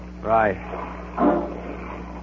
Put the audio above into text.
Right